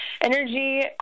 energy